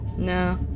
No